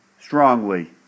strongly